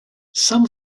some